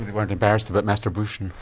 weren't embarrassed about masterbution.